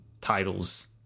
titles